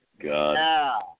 God